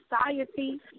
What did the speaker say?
society